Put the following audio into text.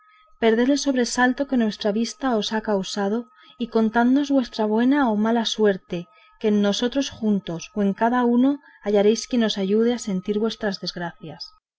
perded el sobresalto que nuestra vista os ha causado y contadnos vuestra buena o mala suerte que en nosotros juntos o en cada uno hallaréis quien os ayude a sentir vuestras desgracias